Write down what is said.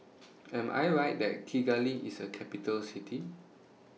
Am I Right that Kigali IS A Capital City